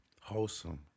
wholesome